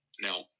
Now